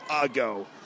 ago